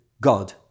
God